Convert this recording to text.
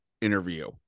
interview